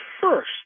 first